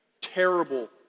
terrible